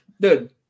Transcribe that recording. Dude